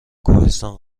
کوهستان